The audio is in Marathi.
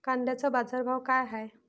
कांद्याचे बाजार भाव का हाये?